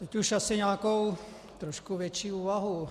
Teď už asi nějakou trochu větší úvahu.